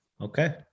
Okay